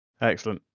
Excellent